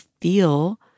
feel